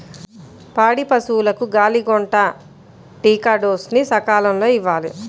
పాడి పశువులకు గాలికొంటా టీకా డోస్ ని సకాలంలో ఇవ్వాలి